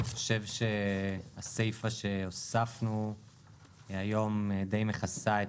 אני חושב שהסיפה שהוספנו היום די מכסה את